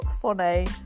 funny